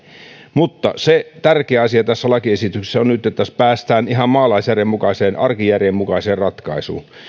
mutta se tärkeä asia tässä lakiesityksessä on nyt että päästään ihan maalaisjärjen mukaiseen arkijärjen mukaiseen ratkaisuun